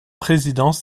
présidents